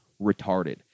retarded